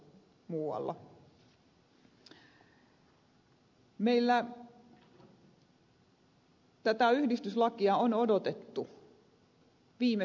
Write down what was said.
meillä tätä yhdistyslakia on odotettu viime syksystä asti